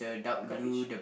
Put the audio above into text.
garbage